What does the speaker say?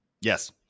Yes